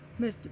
Mr